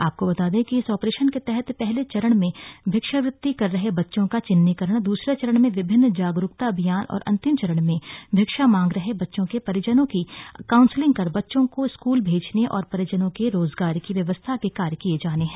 आपको बता दें कि इस ऑपरेशन के तहत पहले चरण में भिक्षावृति कर रहे बच्चों का चिन्हीकरण दूसरे चरण में विभिन्न जागरूकता अभियान और अंतिम चरण में भिक्षा मांग रहे बच्चों के परिजनों की काउंसलिंग कर बच्चों को स्कूल भेजने और परिजनों के रोजगार की व्यवस्था के कार्य किये जाने है